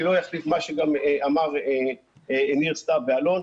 אני לא אגיד מה שאמרו ניר סתיו ואלון.